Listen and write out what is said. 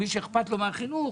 מי שאכפת לו מהחינוך,